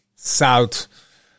South